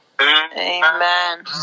Amen